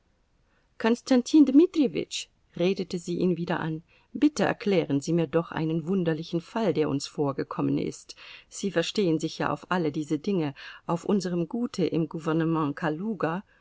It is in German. konstantin dmitrijewitsch redete sie ihn wieder an bitte erklären sie mir doch einen wunderlichen fall der uns vorgekommen ist sie verstehen sich ja auf all diese dinge auf unserem gute im gouvernement kaluga